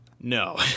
No